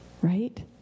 right